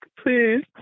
please